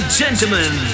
gentlemen